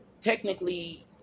Technically